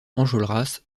enjolras